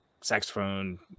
saxophone